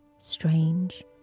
strange